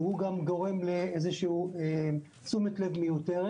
והוא גם גורם לאיזשהו תשומת לב מיותרת.